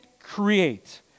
create